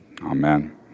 Amen